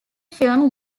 film